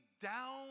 down